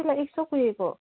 करेला एक सय पुगेको